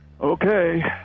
Okay